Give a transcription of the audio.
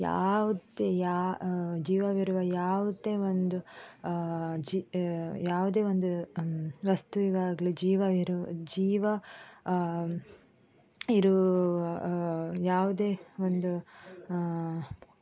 ಯಾವ್ದೇ ಯಾ ಜೀವವಿರುವ ಯಾವ್ದೇ ಒಂದು ಜಿ ಯಾವ್ದೇ ಒಂದು ವಸ್ತುವಿಗಾಗಲಿ ಜೀವವಿರುವ ಜೀವ ಇರುವ ಯಾವುದೇ ಒಂದು